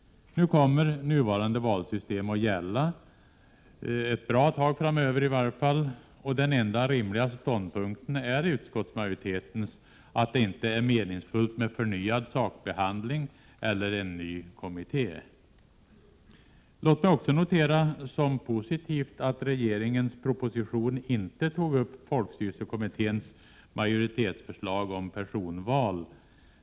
Nu kommer nuvarande valsystem att gälla en avsevärd tid framöver. Utskottsmajoritetens ståndpunkt är den enda rimliga, att det inte är meningsfullt med förnyad sakbehandling eller en ny kommitté. Låt mig också notera som positivt att regeringens proposition inte tog upp folkstyrelsekommitténs majoritetsförslag om personval.